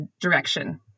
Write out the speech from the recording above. direction